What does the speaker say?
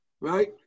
Right